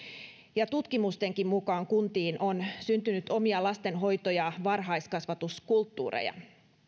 tutkimustenkin mukaan kuntiin on syntynyt omia lastenhoito ja varhaiskasvatuskulttuureja tämä